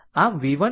આમ આ v 1 છે